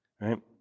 right